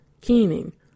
keening